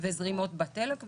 וזרימות בדלק,